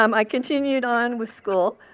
um i continued on with school,